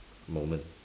moment